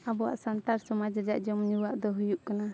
ᱟᱵᱚᱣᱟᱜ ᱥᱟᱱᱛᱟᱲ ᱥᱚᱢᱟᱡᱽ ᱡᱚᱢ ᱧᱩᱣᱟᱜ ᱫᱚ ᱦᱩᱭᱩᱜ ᱠᱟᱱᱟ